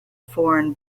foreign